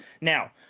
Now